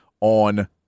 on